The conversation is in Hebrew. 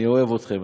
אני אוהב אתכם,